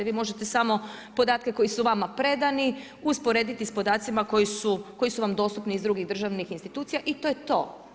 Vi možete samo podatke koji su vama predani usporediti s podacima koji su vam dostupni iz drugih državnih institucija i to je to.